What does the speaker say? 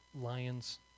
Lions